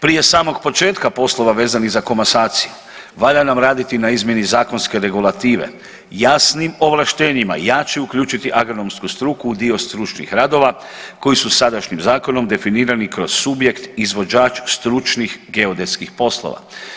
Prije samog početka poslova vezanih za komasaciju valja nam raditi na izmjeni zakonske regulative, jasnim ovlaštenjima jače uključiti agronomsku struku u dio stručnih radova koji su sadašnjim zakonom definirani kroz subjekt izvođač stručnih geodetskih poslova.